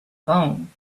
phone